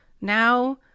now